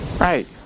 Right